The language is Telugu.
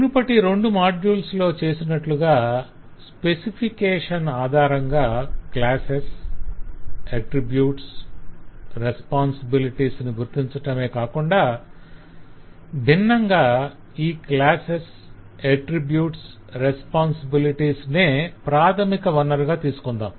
మునుపటి రెండు మాడ్యుల్స్ లో చేసినట్లుగా స్పెసిఫికేషన్ ఆధారంగా క్లాసెస్ అట్రిబ్యూట్స్ రెస్పొంసిబిలిటీస్ ను గుర్తించటం కాకుండా భిన్నంగా ఈ క్లాసెస్ అట్రిబ్యూట్స్ రెస్పొంసిబిలిటీస్ నే ప్రాధమిక వనరుగా తీసుకుందాం